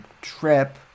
trip